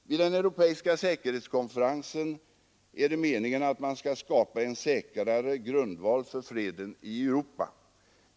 Vid den europeiska säkerhetskonferensen är det meningen att man skall skapa en säkrare grundval för freden i Europa.